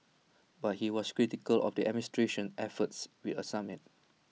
but he was critical of the administration efforts with A summit